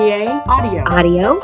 audio